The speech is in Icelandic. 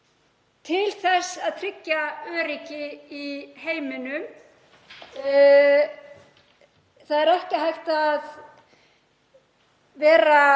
til þess að tryggja öryggi í heiminum. Það er ekki hægt að vera